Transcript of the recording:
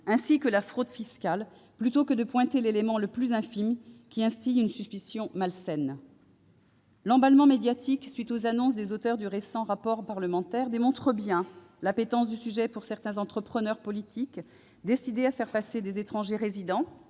ainsi que contre la fraude fiscale, au lieu de pointer l'élément le plus infime, qui instille une suspicion malsaine. L'emballement médiatique à la suite des annonces des auteurs du récent rapport parlementaire démontre bien l'appétence pour le sujet de certains entrepreneurs politiques, décidés à faire passer les étrangers résidents,